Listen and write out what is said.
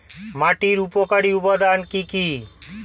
মাটির উপকারী উপাদান কি কি?